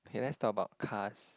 okay let's talk about cars